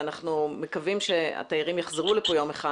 ואנחנו מקווים שהתיירים יחזרו לפה יום אחד